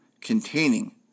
containing